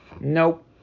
Nope